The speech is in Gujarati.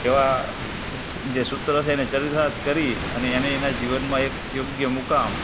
એવા જે સૂત્ર છે એને ચરિતાર્થ કરી અને એને એનાં જીવનમાં એક યોગ્ય મુકામ